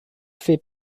fait